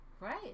Right